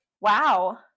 Wow